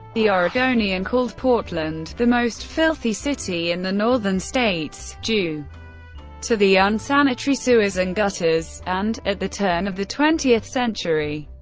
the oregonian called portland the most filthy city in the northern states, due to the unsanitary sewers and gutters, and, at the turn of the twentieth century,